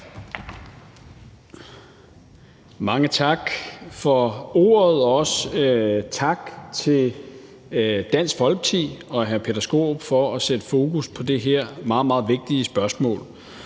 Mange tak for ordet, og også tak til Dansk Folkeparti og hr. Peter Skaarup for at sætte fokus på det her meget, meget vigtige spørgsmål.